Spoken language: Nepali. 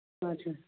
हजुर